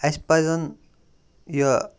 اَسہِ پَزَن یہِ